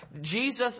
Jesus